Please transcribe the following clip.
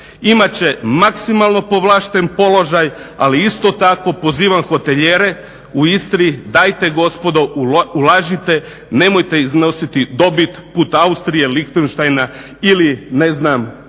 Imat će maksimalno povlašten položaj, ali isto tako pozivam hotelijere u Istri, dajte gospodo ulažite, nemojte iznositi dobit put Austrije, Liechtenstina ili ne znam